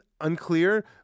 Unclear